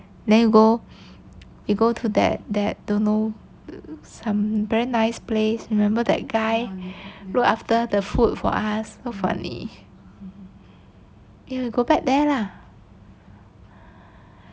then you go you go to that that don't know some very nice place remember that guy look after the food for us so funny ya go back there lah